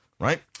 Right